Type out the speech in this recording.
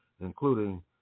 including